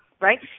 Right